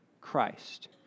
Christ